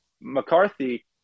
McCarthy